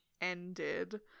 ended